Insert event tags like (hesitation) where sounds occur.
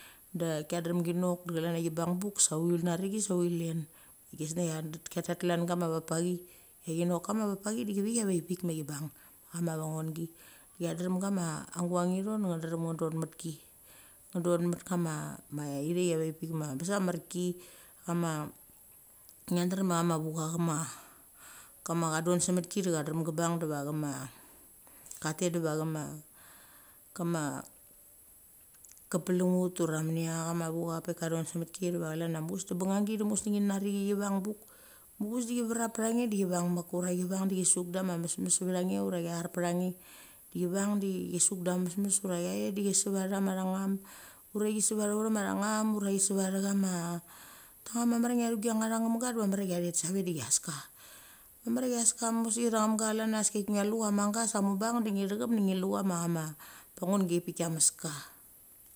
Da kia drem kinok de chalan cha chi bang buk sa uthi nari chi sa uthi len. Kisngia cha tet klan kama vakpakehi de chinok. Kama vakpak chi de chi vichi a vekpik ma chi bang. Ama vanungi cha drem gama guang ithong de ng drem ng don met ki. Nga don met kama ma ithaik a vaek pik a bes a marki. Kama ngia drem tha chama vucha cha dun semet ki de cha drem kebang de va chama ka tet deva chama (hesitation) kaplaung ut ura minia chama vucha a pik ka chon semitki deve chlan ngia muchaves de banungi de ngi nari chi vang buk, muchaves de chi verup becha nge de chi vang mek ura chi vang de chi suk de ma mesmes seva nge ura char patha nge. Chi vang de suk dei mesmes ura cha thet de chiseva thama thangom ura (hesitation) (unintelligible) mamar cha ngia chu da cha thangamga de marmar cha thet save de chaseka. Mamar cha chaseka (unintelligible) ngi lucha cha manga sa mubang de ngitham de ngilucha ma chama, panungi avek pik kaimeska.